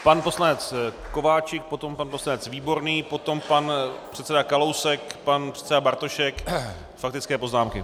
Pan poslanec Kováčik, potom pan poslanec Výborný, potom pan předseda Kalousek, pan předseda Bartošek, faktické poznámky.